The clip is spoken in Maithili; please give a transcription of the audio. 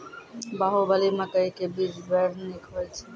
बाहुबली मकई के बीज बैर निक होई छै